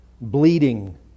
bleeding